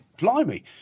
blimey